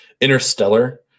interstellar